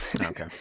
Okay